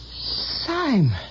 Simon